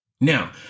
Now